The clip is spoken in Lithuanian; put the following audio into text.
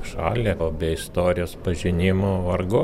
šalį o be istorijos pažinimo vargu